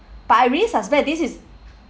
but I really suspect this is